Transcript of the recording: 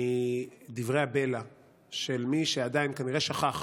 מדברי הבלע של מי שכנראה שכח